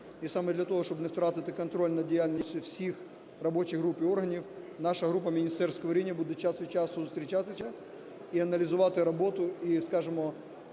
І саме для того, щоб не втратити контроль за діяльністю всіх робочих груп і органів, наша група міністерського рівня буде час від часу зустрічатися і аналізувати роботу і, скажемо,